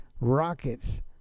rockets